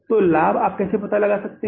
तो लाभ आप कैसे पता लगा सकते हैं